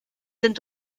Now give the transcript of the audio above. sind